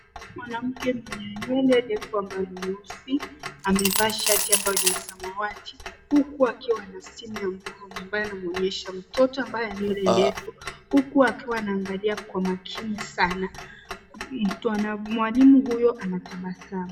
Mwanamke mwenye nywele ndefu ambayo ni nyeusi amevaa shati ambayo ni ya samawati huku akiwa na simu ya mkono ambayo anamuonyesha mtoto ambaye ana nywele ndefu huku akiwa anaangalia kwa makini sana. Mwalimu huyo anatabasamu.